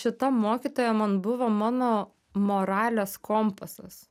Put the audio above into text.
šita mokytoja man buvo mano moralės kompasas